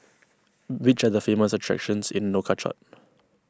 which are the famous attractions in Nouakchott